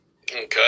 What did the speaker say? Okay